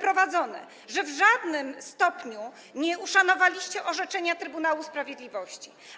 prowadzone, że w żadnym stopniu nie uszanowaliście orzeczenia Trybunału Sprawiedliwości.